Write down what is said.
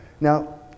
Now